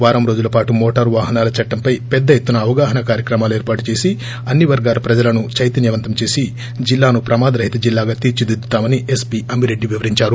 వారం రోజుల పాటు మోటారు వాహనాల చట్టంపై పెద్ద ఎత్తున అవగాహన కార్యక్రమాలు ఏర్పాటు చేసి అన్ని వర్గాల ప్రజలను చైతన్యవంతం చేసి జిల్లాను ప్రమాద రహిత జిల్లాగా తీర్చిదిద్దుతామని ఎస్పీ అమ్మి రెడ్లి వివరించారు